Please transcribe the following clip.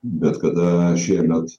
bet kada šiemet